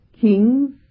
kings